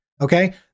okay